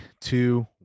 two